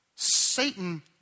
Satan